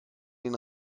den